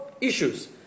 issues